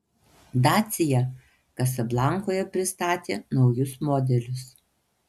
dacia kasablankoje pristatė naujus modelius